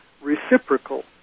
reciprocal